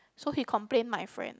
so he complain my friend